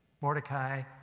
Mordecai